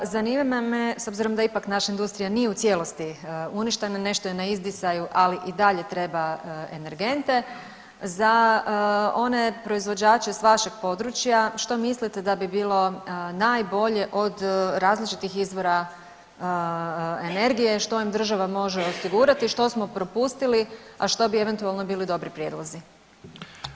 Zanima me, s obzirom da ipak naša industrija nije u cijelosti uništena, nešto je na izdisaju, ali i dalje treba energente, za one proizvođače s vašeg područja, što mislite da bi bilo najbolje od različitih izvora energije, što im država može osigurati, što smo propustili, a što bi eventualno bili dobri prijedlozi?